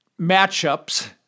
matchups